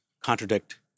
contradict